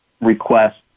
request